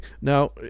now